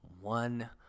one